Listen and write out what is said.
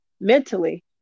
mentally